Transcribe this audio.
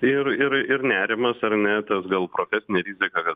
ir ir ir nerimas ar ne tas gal profesinė rizika kad